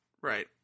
Right